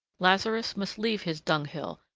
lazarus must leave his dunghill,